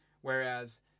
Whereas